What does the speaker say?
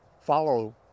follow